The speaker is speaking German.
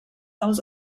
aus